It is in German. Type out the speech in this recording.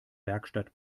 werkstatt